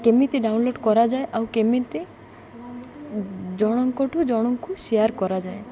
କେମିତି ଡାଉନ୍ଲୋଡ଼୍ କରାଯାଏ ଆଉ କେମିତି ଜଣଙ୍କଠୁ ଜଣଙ୍କୁ ସେୟାର୍ କରାଯାଏ